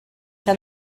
que